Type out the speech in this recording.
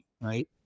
right